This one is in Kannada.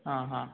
ಹಾಂ ಹಾಂ